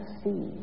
see